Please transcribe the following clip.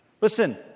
Listen